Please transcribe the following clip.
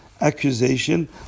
accusation